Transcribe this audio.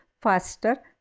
faster